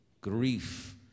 Grief